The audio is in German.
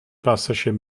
passagier